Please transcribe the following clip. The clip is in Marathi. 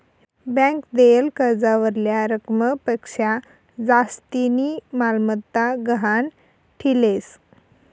ब्यांक देयेल कर्जावरल्या रकमपक्शा जास्तीनी मालमत्ता गहाण ठीलेस